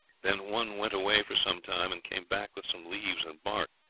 then one went away for some time, and came back with some leaves and bark.